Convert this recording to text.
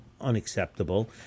Unacceptable